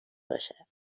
باشه